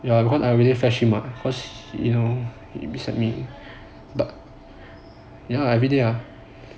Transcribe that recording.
ya because I everday fetch him mah cause you know he beside me ya everyday ah